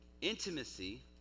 Intimacy